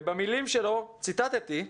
במילים שלו, כפי שציטטתי,